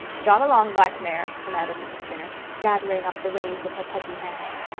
jog along, black mare, commanded mrs. skinner, gathering up the reins in her pudgy hands.